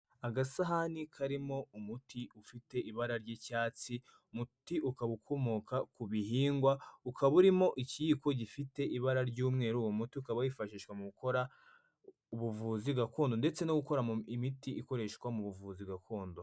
Agasahani karimo umuti ufite ibara ry'icyatsi, umuti ukaba ukomoka ku bihingwa ukaba urimo ikiyiko gifite ibara ry'umweru uwo muti ukaba wifashishwa mu gukora ubuvuzi gakondo ndetse no gukora imiti ikoreshwa mu buvuzi gakondo.